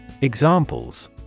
Examples